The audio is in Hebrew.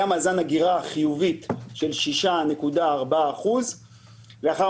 היה מאזן הגירה חיובי של 6.4%. ולאחר